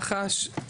מח"ש,